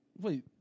Wait